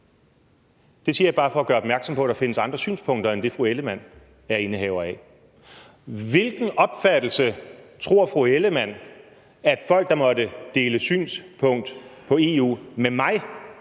Det siger jeg bare for at gøre opmærksom på, at der findes andre synspunkter end det, fru Karen Ellemann er indehaver af. Hvilken opfattelse tror fru Karen Ellemann at folk, der måtte dele synspunkt på EU med mig,